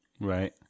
right